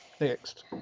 next